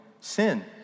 sin